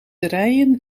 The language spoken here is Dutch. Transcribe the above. rijen